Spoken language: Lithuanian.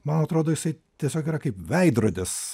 man atrodo jisai tiesiog yra kaip veidrodis